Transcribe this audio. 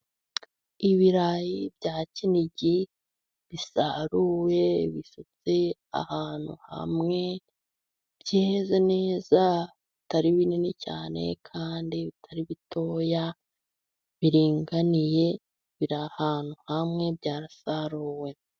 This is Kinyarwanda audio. Ibirayi bya Kinigi bisaruwe bisutse ahantu hamwe, byeze neza bitari binini cyane kandi bitari bitoya, biringaniye. Biri ahantu hamwe byarasaruwe.